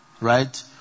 right